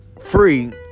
free